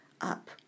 up